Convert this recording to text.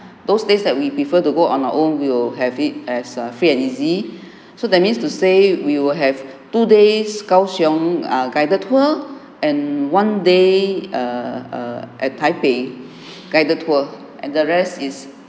those days that we prefer to go on our own we'll have it as a free and easy so that means to say we will have two days kao siong a guided tour and one day err err at taipei guided tour and the rest is